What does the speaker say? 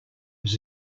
was